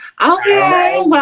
Okay